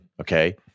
okay